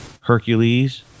Hercules